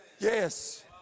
Yes